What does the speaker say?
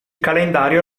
calendario